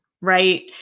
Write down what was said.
right